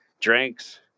drinks